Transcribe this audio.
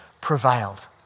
prevailed